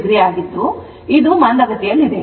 2o ಮತ್ತು ಇದು ಮಂದಗತಿಯಲ್ಲಿದೆ